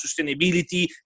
sustainability